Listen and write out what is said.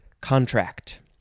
contract